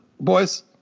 boys